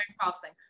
Crossing